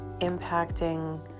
impacting